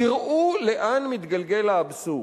תראו לאן מתגלגל האבסורד,